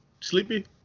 Sleepy